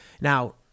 Now